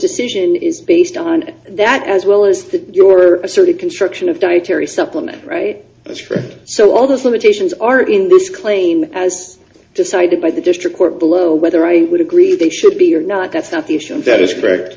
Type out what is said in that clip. decision is based on that as well as the your asserted construction of dietary supplement right as for so all those limitations are in this claim as decided by the district court below whether i would agree they should be or not that's not the issue and that is correct